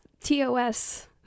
TOS